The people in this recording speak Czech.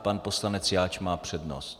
Pan poslanec Jáč má přednost.